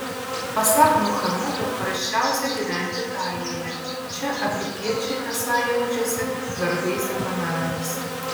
pasak muhamedo prasčiausia gyventi italijoje čia afrikiečiai esą jaučiasi vergais ir benamiais